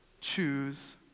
choose